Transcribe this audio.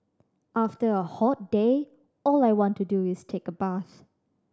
after a hot day all I want to do is take a bath